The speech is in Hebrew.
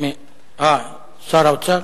שר האוצר?